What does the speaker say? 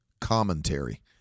Commentary